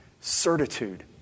certitude